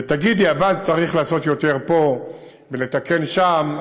ותגידי: אבל צריך לעשות יותר פה ולתקן שם,